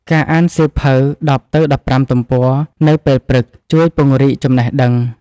ការអានសៀវភៅ ១០ ទៅ ១៥ ទំព័រនៅពេលព្រឹក ជួយពង្រីកចំណេះដឹង។